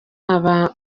aba